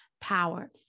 power